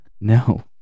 No